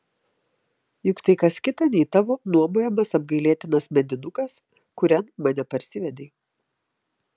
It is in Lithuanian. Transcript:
juk tai kas kita nei tavo nuomojamas apgailėtinas medinukas kurian mane parsivedei